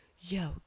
yo